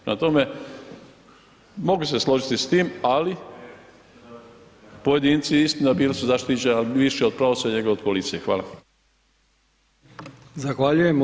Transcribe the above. Prema tome, mogu se složiti s tim, ali pojedinci, istina, bili su zaštićeni više od pravosuđa nego od policije.